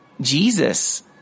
Jesus